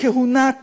כהונת